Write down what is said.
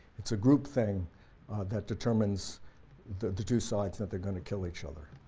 it's a group thing that determines that the two sides that they're going to kill each other.